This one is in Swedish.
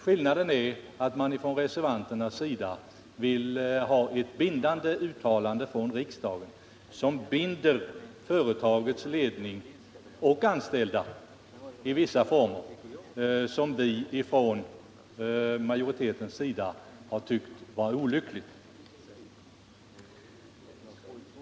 Skillnaden är att reservanterna vill ha ett bindande uttalande från riksdagen alltså ett uttalande som binder företagets ledning och anställda i vissa former, och detta har vi tyckt vara olyckligt.